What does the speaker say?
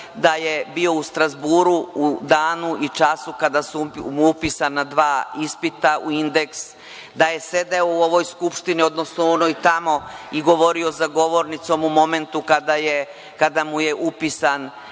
da je bio u Strazburu u danu i času kada su mu upisana dva ispita u indeks, da je sedeo u ovoj skupštini, odnosno u onoj tamo, i govorio za govornicom u momentu kada mu je upisan